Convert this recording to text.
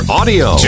audio